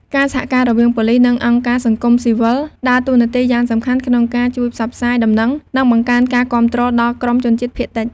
ការសហការរវាងប៉ូលិស និងអង្គការសង្គមស៊ីវិល ដើរតួនាទីយ៉ាងសំខាន់ក្នុងការជួយផ្សព្វផ្សាយដំណឹង និងបង្កើនការគាំទ្រដល់ក្រុមជនជាតិភាគតិច។